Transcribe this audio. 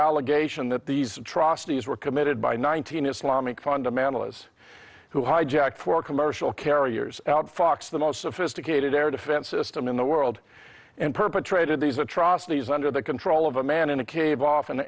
allegation that these atrocities were committed by nineteen islamic fundamentalists who hijacked four commercial carriers outfox the most sophisticated air defense system in the world and perpetrated these atrocities under the control of a man in a cave off in